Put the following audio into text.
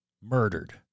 murdered